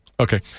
Okay